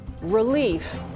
relief